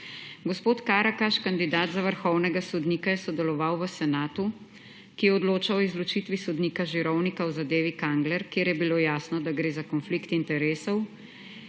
Gospod Karakaš, kandidat za vrhovnega sodnika, je sodeloval v senatu, ki je odločal o izločitvi sodnika Žirovnika o zadevi Kangler, kjer je bilo jasno, da gre za konflikt interesov.